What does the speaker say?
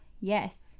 yes